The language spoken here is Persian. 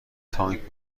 تانک